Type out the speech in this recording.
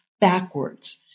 backwards